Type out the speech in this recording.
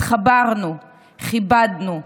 התחברנו, כיבדנו,